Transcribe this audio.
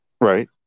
Right